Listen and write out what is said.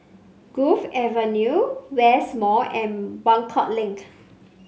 Grove Avenue West Mall and Buangkok Link